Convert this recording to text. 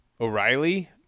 O'Reilly